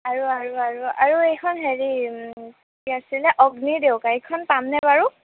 আৰু আৰু আৰু আৰু এইখন হেৰি কি আছিলে অগ্নিৰ ডেউকা এইখন পামনে বাৰু